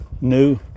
new